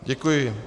Děkuji.